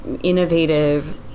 innovative